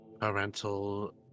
parental